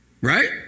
right